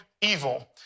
evil